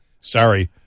Sorry